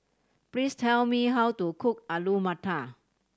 please tell me how to cook Alu Matar